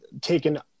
taken